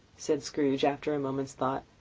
said scrooge, after a moment's thought,